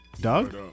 Doug